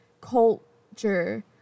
culture